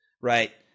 right